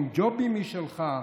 עם ג'ובים משלך,